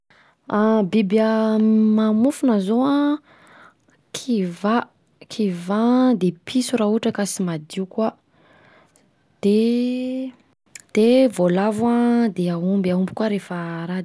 An biby a mamofona zao an, kivà, kivà, de piso raha ohatra ka tsy madio koa, de, voalavo an, de omby, aomby koa rehefa a raha de misimisy fofona koa aomby.